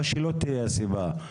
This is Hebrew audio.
מה שלא תהיה הסיבה,